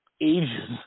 ages